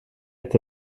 est